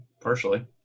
partially